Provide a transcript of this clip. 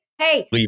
Hey